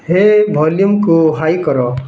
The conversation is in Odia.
ହେ ଭଲ୍ୟୁମ୍କୁ ହାଇ କର